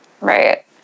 Right